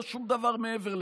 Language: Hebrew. לא שום דבר מעבר לזה.